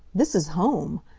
this is home.